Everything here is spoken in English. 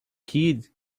kid